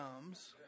comes